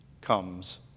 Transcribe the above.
comes